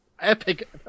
epic